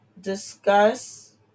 discuss